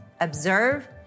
observe